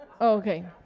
okay